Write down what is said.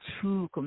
two